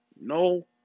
No